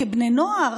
כבני נוער.